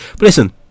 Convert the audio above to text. listen